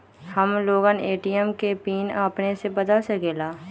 हम लोगन ए.टी.एम के पिन अपने से बदल सकेला?